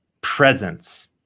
presence